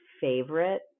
favorite